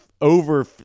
over